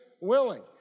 willing